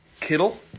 Kittle